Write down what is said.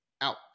out